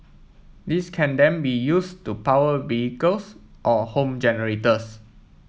this can then be used to power vehicles or home generators